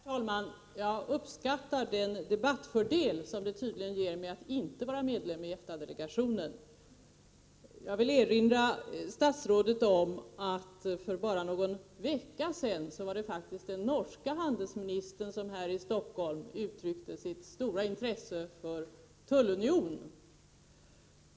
Herr talman! Jag uppskattar den debattfördel som jag tydligen har av att inte vara medlem i EFTA-delegationen. Jag vill erinra statsrådet om att för bara någon vecka sedan var det faktiskt den norska handelsministern som här i Stockholm uttryckte sitt stora intresse för tullunion.